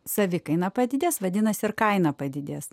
savikaina padidės vadinasi ir kaina padidės